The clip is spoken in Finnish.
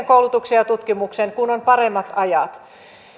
koulutukseen ja tutkimukseen sitten kun on paremmat ajat